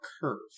curve